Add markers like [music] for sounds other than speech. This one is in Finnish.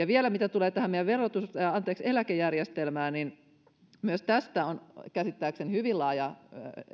[unintelligible] vielä tulee tähän meidän eläkejärjestelmäämme niin myös tästä on käsittääkseni hyvin laaja